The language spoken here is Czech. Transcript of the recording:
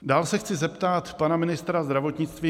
Dál se chci zeptat pana ministra zdravotnictví.